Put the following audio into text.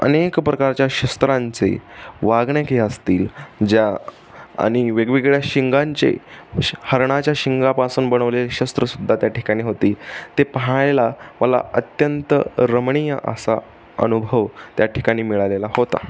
अनेक प्रकारच्या शस्त्रांचे वाघनखे असतील ज्या आणि वेगवेगळ्या शिंगांचे श हरणाच्या शिंगापासून बनवले शस्त्र सुद्धा त्या ठिकाणी होती ते पहायला मला अत्यंत रमणीय असा अनुभव त्या ठिकाणी मिळालेला होता